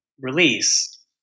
release